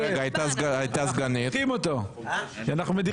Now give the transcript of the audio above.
כי אנחנו מדיחים אותו תיכף.